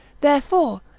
Therefore